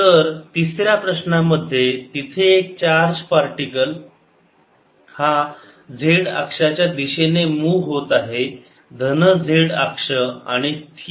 तर तिसर्या प्रश्नांमध्ये तिथे एक चार्ज पार्टिकल हा z अक्षाच्या दिशेने मुव होत आहे धन z अक्ष आणि स्थिर वेग V